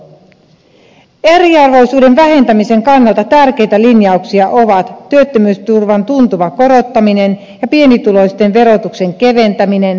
eriarvoisuuden vähentämisen kannalta tärkeitä linjauksia ovat työttömyysturvan tuntuva korottaminen ja pienituloisten verotuksen keventäminen